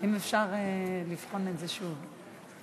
אם אפשר לבחון את זה שוב,